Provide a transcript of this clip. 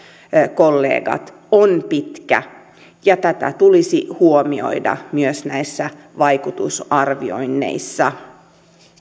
kollegat on pitkä ja tämä tulisi huomioida myös näissä vaikutusarvioinneissa